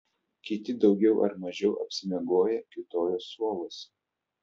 kiti daugiau ar mažiau apsimiegoję kiūtojo suoluose